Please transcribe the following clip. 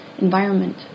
environment